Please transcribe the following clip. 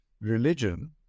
religion